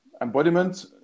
embodiment